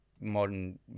modern